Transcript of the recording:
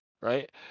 right